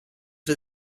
for